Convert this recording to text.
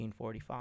1945